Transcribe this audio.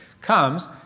comes